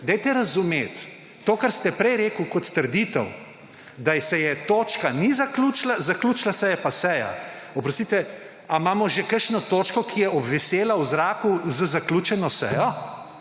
Dajte razumeti, to, kar ste prej rekli kot trditev, da se točka ni zaključila, zaključila se je pa seja. Oprostite, a imamo že kakšno točko, ki je obvisela v zraku z zaključeno sejo?